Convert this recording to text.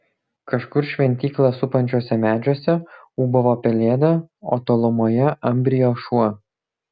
kažkur šventyklą supančiuose medžiuose ūbavo pelėda o tolumoje ambrijo šuo